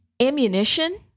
ammunition